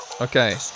Okay